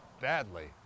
Badly